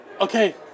okay